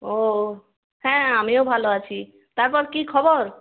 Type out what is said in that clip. ও হ্যাঁ আমিও ভালো আছি তারপর কী খবর